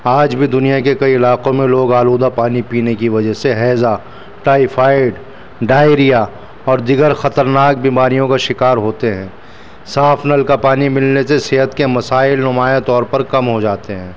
آج بھی دنیا کے کئی علاقوں میں لوگ آلودہ پانی پینے کی وجہ سے ہیضہ ٹائفائڈ ڈھائیریا اور دیگر خطرناک بیماریوں کا شکار ہوتے ہیں صاف نل کا پانی ملنے سے صحت کے مسائل نمایاں طور پر کم ہو جاتے ہیں